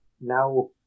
Now